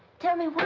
tell me why.